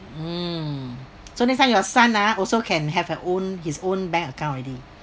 mm so next time you son ah also can have her own his own bank account already